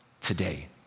today